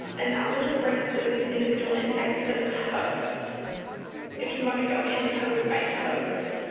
and that will just bring up the use individual insights for the post if you want to go in post by post.